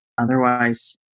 otherwise